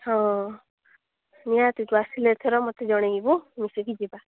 ହଁ ନିହାତି ତୁ ଆସିଲେ ଏଥର ମତେ ଜଣେଇବୁ ମିଶିକି ଯିବା